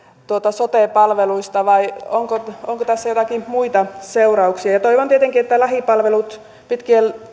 sote palveluista vai onko tässä joitakin muita seurauksia toivon tietenkin että lähipalvelut pitkien